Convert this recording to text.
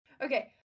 Okay